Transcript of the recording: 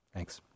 Thanks